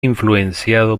influenciado